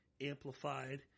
amplified